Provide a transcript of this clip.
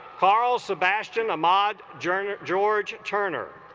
carl sebastian ahmad journey george turner